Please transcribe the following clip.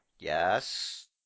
Yes